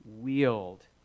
wield